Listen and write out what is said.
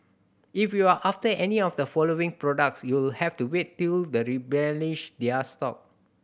if you're after any of the following products you'll have to wait till they replenish their stock